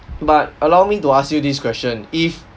but allow me to ask you this question if